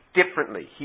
differently